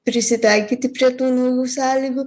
prisitaikyti prie tų naujų sąlygų